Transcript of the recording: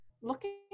looking